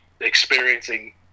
experiencing